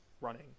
running